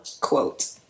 Quote